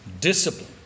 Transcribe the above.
Discipline